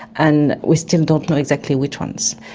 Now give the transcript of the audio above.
and we still don't know exactly which ones.